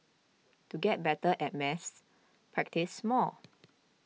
to get better at maths practise more